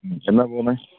എന്നാണ് പോവുന്നത്